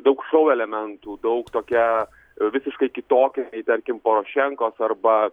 daug šou elementų daug tokia visiškai kitokia nei tarkim porošenkos arba